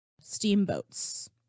steamboats